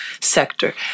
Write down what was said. sector